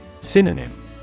Synonym